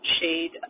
shade